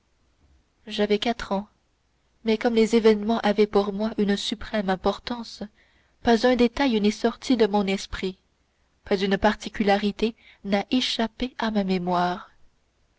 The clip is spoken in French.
j'avais quatre ans mais comme les événements avaient pour moi une suprême importance pas un détail n'est sorti de mon esprit pas une particularité n'a échappé à ma mémoire